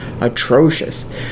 atrocious